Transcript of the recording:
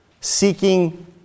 seeking